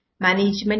Management